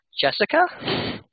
Jessica